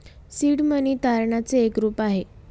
seed money तारणाच एक रूप आहे